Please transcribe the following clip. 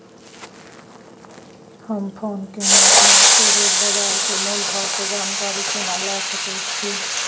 हम फोन के माध्यम सो रोज बाजार के मोल भाव के जानकारी केना लिए सके छी?